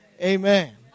Amen